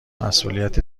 مسئولیت